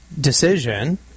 decision